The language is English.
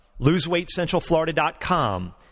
Loseweightcentralflorida.com